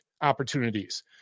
opportunities